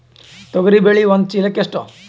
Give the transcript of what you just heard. ತೊಗರಿ ಬೇಳೆ ಒಂದು ಚೀಲಕ ಎಷ್ಟು?